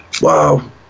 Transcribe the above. Wow